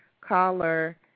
Caller